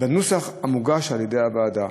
בנוסח המוגש על-ידי הוועדה.